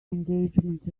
engagement